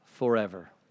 forever